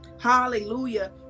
Hallelujah